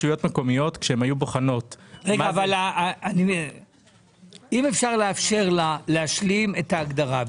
כשרשויות מקומיות היו בוחנות --- אם אפשר לאפשר לה להשלים את ההגדרה.